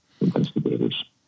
investigators